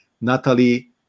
natalie